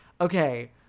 Okay